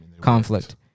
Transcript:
conflict